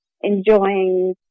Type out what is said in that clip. enjoying